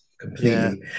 completely